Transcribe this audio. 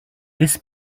this